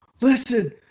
Listen